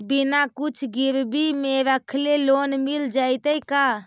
बिना कुछ गिरवी मे रखले लोन मिल जैतै का?